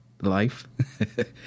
life